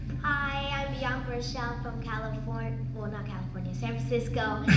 hi, i'm bianca rashel from california, well, not california, san francisco,